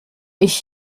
ich